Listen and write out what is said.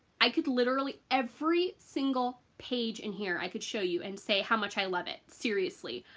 i could literally every single page in here i could show you and say how much i love it. seriously.